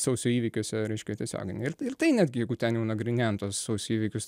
sausio įvykiuose reiškia tiesioginė ir ir tai netgi jeigu ten jau nagrinėjant tuos sausio įvykius